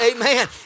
Amen